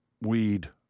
weed